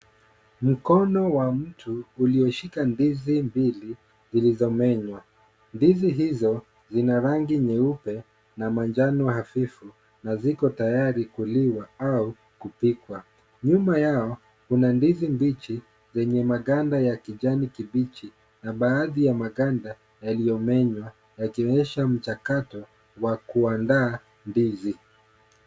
Mkono wa mtu ulioshika ndizi mbili zilizomenywa. Ndizi hizo zina rangi nyeupe na manjano hafifu na ziko tayari kuliwa au kupikwa. Nyuma yao kuna ndizi mbichi zenye maganda ya kijani kibichi na baadhi ya maganda yaliyomenywa yakionyesha mchakato wa kuandaa ndizi.